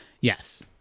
yes